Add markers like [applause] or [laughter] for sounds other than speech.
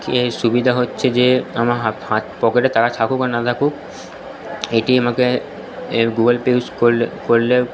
এর সুবিধা হচ্ছে যে আমার হাত পকেটে টাকা থাকুক আর না থাকুক এটি আমাকে [unintelligible] গুগল পে ইউজ করলে করলে